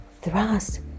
thrust